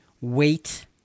wait